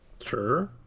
Sure